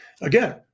again